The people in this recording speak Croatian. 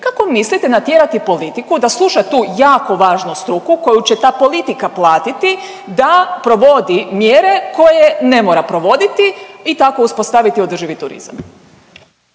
Kako mislite natjerati politiku da sluša tu jako važnu struku koju će ta politika platiti da provodi mjere koje ne mora provoditi i tako uspostaviti održivi turizam?